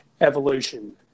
evolution